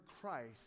Christ